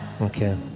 okay